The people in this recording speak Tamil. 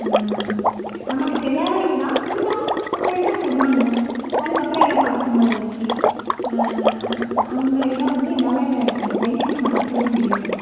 நமக்கு தெரியாதவைங்க தான் இருந்தாலும் அந்த இதை சொன்னாங்க அதுக்கப்புறம் எல்லாம் பழக்கமாயாச்சு அந்த இதை வந்து என்னால் லைஃப்பில் மறக்கவே முடியாது